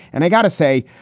and i've got to say,